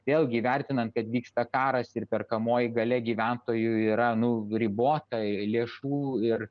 vėlgi įvertinant kad vyksta karas ir perkamoji galia gyventojų yra nu ribotai lėšų ir